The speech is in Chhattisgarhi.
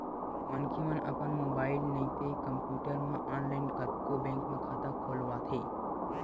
मनखे मन अपन मोबाईल नइते कम्प्यूटर म ऑनलाईन कतको बेंक म खाता खोलवाथे